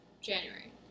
January